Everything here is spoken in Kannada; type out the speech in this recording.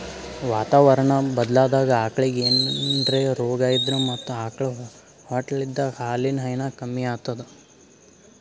ವಾತಾವರಣಾ ಬದ್ಲಾದಾಗ್ ಆಕಳಿಗ್ ಏನ್ರೆ ರೋಗಾ ಇದ್ರ ಮತ್ತ್ ಆಕಳ್ ಹೊಟ್ಟಲಿದ್ದಾಗ ಹಾಲಿನ್ ಹೈನಾ ಕಮ್ಮಿ ಆತದ್